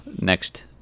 next